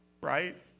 right